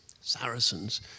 Saracens